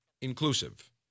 inclusive